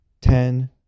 ten